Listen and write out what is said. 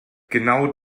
genau